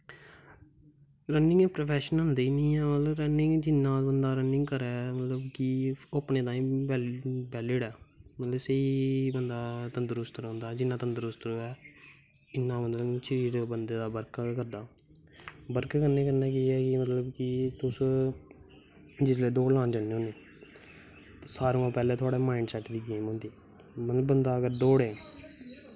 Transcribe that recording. running professional होंदी गै निं ऐ मतलब रनिंग जिन्ना बंदा रनिंग करै मतलब कि ओह् अपने तांई बैलड़ ऐ मतलब स्हेई बंदा तंदरुस्त रौंह्दा जिन्ना तंदरूस्त र'वै उन्ना मतलब शरीर बंदे दा बर्क करदा बर्क करने कन्नै केह् ऐ कि मतलब कि तुस जिसलै दौड़ लान जंदे ओ सारें कोला दा पैह्लें तुआढ़े माईड़ सैट दी गेम होंदी मतलब बंदा अगर दौड़ै